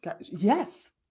Yes